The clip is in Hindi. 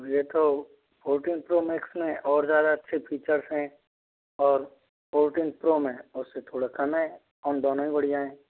ये तो फ़ोर्टीन प्रो मैक्स में और ज़्यादा अच्छे फीचर्स हैं और फ़ोर्टीन प्रो में उससे थोड़े कम हैं दोनों ही बढ़िया है